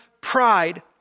pride